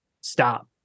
stop